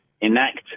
enact